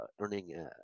earning